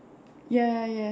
yeah yes